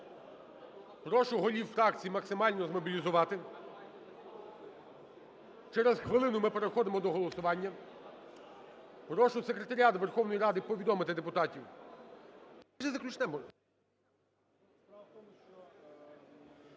прошу голів фракцій максимально змобілізувати, через хвилину ми переходимо до голосування. Прошу Секретаріат Верховної Ради повідомити депутатів…